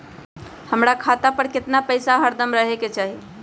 हमरा खाता पर केतना पैसा हरदम रहे के चाहि?